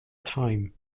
time